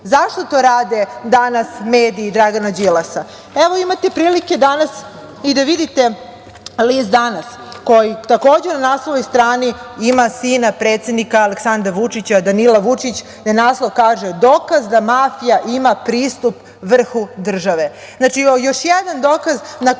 Zašto to rade danas mediji Dragana Đilasa? Imate prilike danas i da vidite list „Danas“ koji, takođe, na naslovnoj strani ima sina predsednika Aleksandra Vučića, Danilo Vučić, gde naslov kaže – dokaz da mafija ima pristup vrhu države.